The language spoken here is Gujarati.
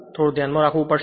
થોડું ધ્યાનમાં રાખવું પડશે